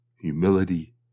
humility